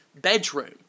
bedroom